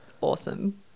Awesome